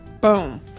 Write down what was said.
Boom